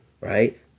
right